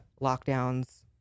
lockdowns